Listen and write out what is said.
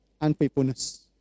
unfaithfulness